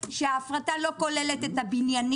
ושההפרטה לא תכלול את הבניינים,